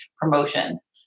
promotions